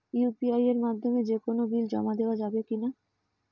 UPI এর মাধ্যমে যে কোনো বিল জমা দেওয়া যাবে কি না?